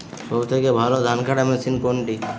সবথেকে ভালো ধানকাটা মেশিন কোনটি?